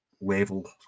level